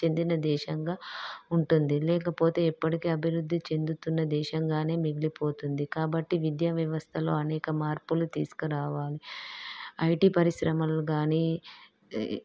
చెందిన దేశంగా ఉంటుంది లేకపోతే ఎప్పటికి అభివృద్ధి చెందుతున్న దేశంగానే మిగిలిపోతుంది కాబట్టి విద్యావ్యవస్థలో అనేక మార్పులు తీసుకురావాలి ఐటీ పరిశ్రమలు కానీ